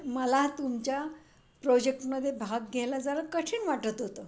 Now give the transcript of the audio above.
मला तुमच्या प्रोजेक्टमध्ये भाग घ्यायला जरा कठीण वाटत होतं